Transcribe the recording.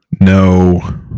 No